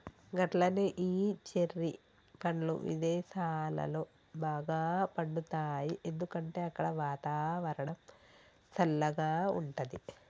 గట్లనే ఈ చెర్రి పండ్లు విదేసాలలో బాగా పండుతాయి ఎందుకంటే అక్కడ వాతావరణం సల్లగా ఉంటది